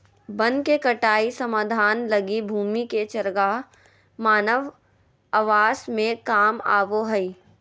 वन के कटाई समाधान लगी भूमि के चरागाह मानव आवास में काम आबो हइ